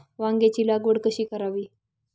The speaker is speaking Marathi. वांग्यांची लागवड कशी करावी?